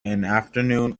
afternoon